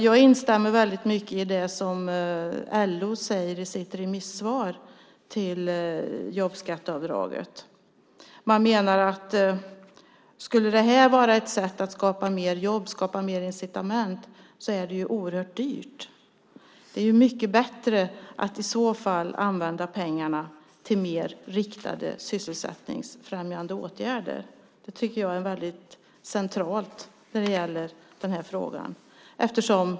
Jag instämmer väldigt mycket i det som LO säger i sitt remissvar om jobbskatteavdraget. Man menar att det här sättet att skapa fler jobb och incitament är oerhört dyrt. Det är mycket bättre att i så fall använda pengarna till mer riktade sysselsättningsfrämjande åtgärder. Det tycker jag är väldigt centralt i den här frågan.